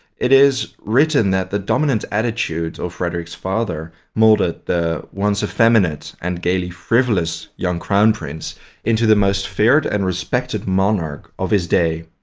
it is written that the dominant attitude of frederick's father moulded the once effeminate and gaily frivolous young crown prince into the most feared and respected monarch of his day.